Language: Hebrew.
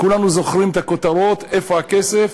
כולנו זוכרים את הכותרות "איפה הכסף?",